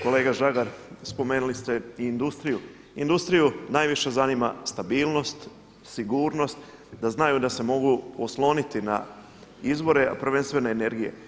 Kolega Žagar, spomenuli ste industriju, industriju najviše zanima stabilnost, sigurnost, da znaju da se mogu osloniti na izbore, a prvenstveno energije.